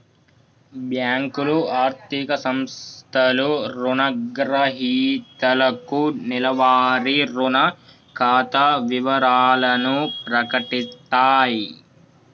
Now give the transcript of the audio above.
బ్యేంకులు, ఆర్థిక సంస్థలు రుణగ్రహీతలకు నెలవారీ రుణ ఖాతా వివరాలను ప్రకటిత్తయి